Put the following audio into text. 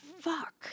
fuck